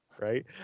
Right